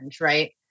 right